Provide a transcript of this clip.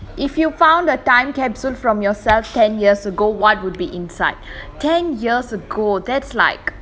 if you found a time capsule from yourself ten years ago what would be inside ten years ago that's like